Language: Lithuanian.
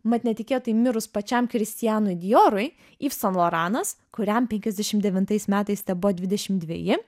mat netikėtai mirus pačiam kristianui diorui iv san loranas kuriam penkiasdešimt devintais metais tebuvo dvidešimt dveji